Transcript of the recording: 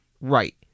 right